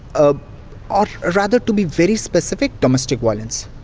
ah ah ah rather to be very specific, domestic violence.